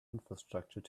infrastructure